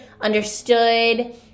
understood